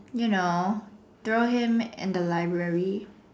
you know throw him in the library